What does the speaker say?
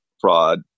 fraud